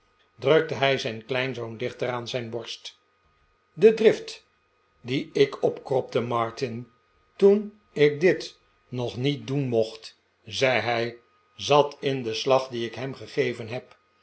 drukte hij zijn kleinzoon dichter aan zijn borst pecksniff voelt zich gekrenkt de drift die ik opkropte martin toen ik dit nog niet doen mocht zei hij zat in den slag dien ik hem gegeven heb